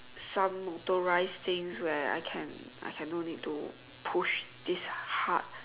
some authorize thing where I can I can no need to push this hard